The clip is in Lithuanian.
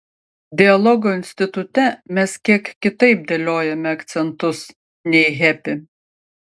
dialogo institute mes kiek kitaip dėliojame akcentus nei hepi